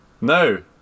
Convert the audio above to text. No